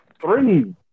three